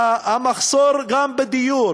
גם המחסור בדיור,